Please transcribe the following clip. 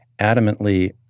adamantly